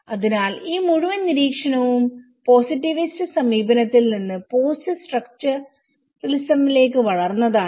അതിനാൽ ഈ മുഴുവൻ നിരീക്ഷണവും പോസിറ്റിവിസ്റ്റ് സമീപനത്തിൽ നിന്ന് പോസ്റ്റ് സ്ട്രക്ചറലിസത്തിലേക്ക് വളർന്നതാണ്